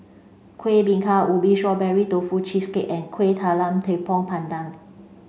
Kueh Bingka Ubi strawberry Tofu cheesecake and Kueh Talam Tepong Pandan